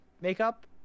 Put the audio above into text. makeup